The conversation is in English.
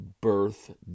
birth